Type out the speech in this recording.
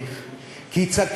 כי הטעיתם ושיקרתם בדרך,